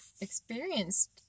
experienced